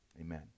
Amen